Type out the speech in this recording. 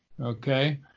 okay